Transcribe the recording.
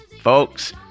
Folks